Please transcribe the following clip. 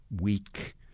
weak